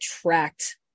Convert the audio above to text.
attract